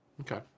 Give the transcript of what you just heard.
Okay